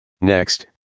Next